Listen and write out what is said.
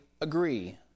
agree